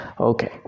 Okay